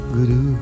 Guru